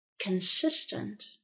consistent